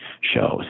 shows